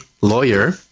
lawyer